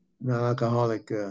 non-alcoholic